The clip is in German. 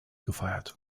gefeiert